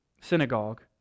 synagogue